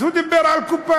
אז הוא דיבר על קופה,